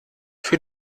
für